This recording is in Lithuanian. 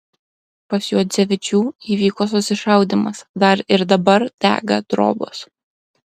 pas juodzevičių įvyko susišaudymas dar ir dabar dega trobos